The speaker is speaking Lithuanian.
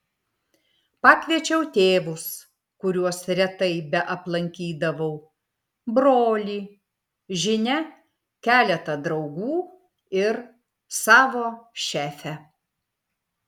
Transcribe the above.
pakviečiau tėvus kuriuos retai beaplankydavau brolį žinia keletą draugų ir savo šefę